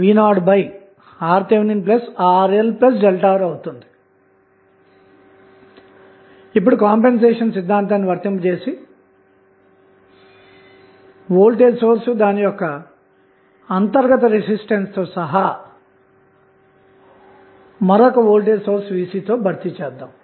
కాబట్టి ఇప్పుడుఈ ఆధారిత వోల్టేజ్ సోర్స్ యొక్క ఆధారిత వేరియబుల్ v0 యొక్క విలువ మనకు లభించింది